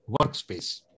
workspace